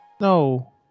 No